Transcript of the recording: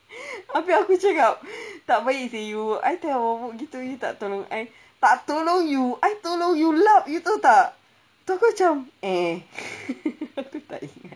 habis aku cakap tak baik sia you I tengah mabuk gitu you tak tolong I tak tolong you I tolong you lap you tahu tak lepas tu aku macam eh aku tak ingat